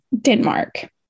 Denmark